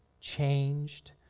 changed